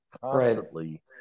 constantly